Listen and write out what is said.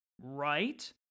Right